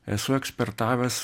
esu ekspertavęs